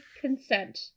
consent